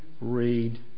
read